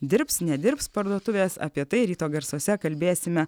dirbs nedirbs parduotuvės apie tai ryto garsuose kalbėsime